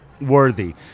worthy